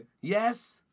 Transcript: yes